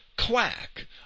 quack